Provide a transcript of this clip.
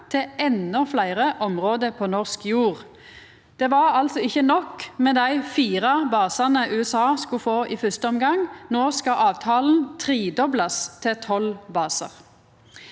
til endå fleire område på norsk jord. Det var altså ikkje nok med dei fire basane USA skulle få i fyrste omgang. No skal avtalen tredoblast, til tolv basar.